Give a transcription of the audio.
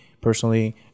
personally